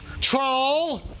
Troll